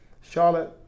Charlotte